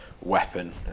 weapon